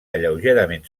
lleugerament